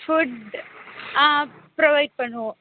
food ஆ provide பண்ணுவோம்